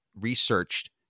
researched